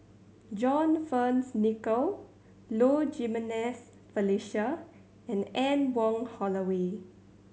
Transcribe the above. John Fearns Nicoll Low Jimenez Felicia and Anne Wong Holloway